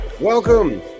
welcome